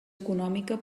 econòmica